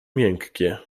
miękkie